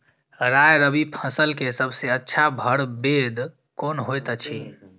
राय रबि फसल के सबसे अच्छा परभेद कोन होयत अछि?